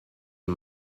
and